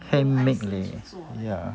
handmade leh ya